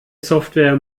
software